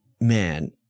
man